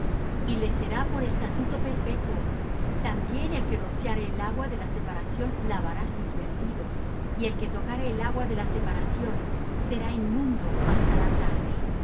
y les será por estatuto perpetuo también el que rociare el agua de la separación lavará sus vestidos y el que tocare el agua de la separación será inmundo hasta la tarde